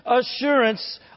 assurance